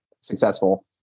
successful